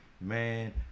man